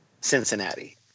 Cincinnati